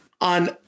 on